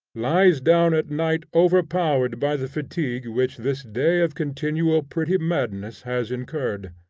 lies down at night overpowered by the fatigue which this day of continual pretty madness has incurred.